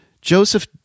Joseph